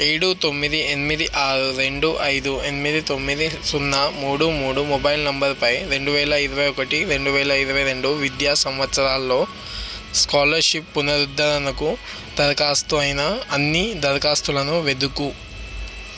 ఏడు తొమ్మిది ఎనిమిది ఆరు రెండు ఐదు ఎనిమిది తొమ్మిది సున్నా మూడు మూడు మొబైల్ నంబరుపై రెండు వేల ఇరవై ఒకటి రెండు వేల ఇరవై రెండు విద్యా సంవత్సరంలో స్కాలర్షిప్ పునరుద్ధరణకు దరఖాస్తు అయిన అన్ని దరఖాస్తులును వెదుకు